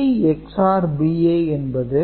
Ai XOR Bi என்பது